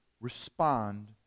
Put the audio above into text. respond